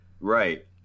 right